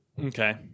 Okay